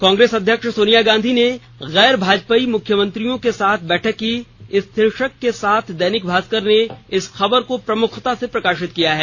कांग्रेस अध्यक्ष सोनिया गांधी ने गैर भाजपाई मुख्यमंत्रियों के साथ बैठक की इस शीर्षक के साथ दैनिक भाष्कर ने इस खबर को प्रमुखता से प्रकाशित किया है